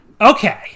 Okay